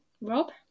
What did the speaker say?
Rob